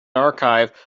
archive